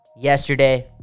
yesterday